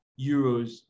euros